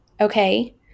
okay